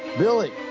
Billy